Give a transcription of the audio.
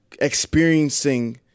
experiencing